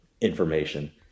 information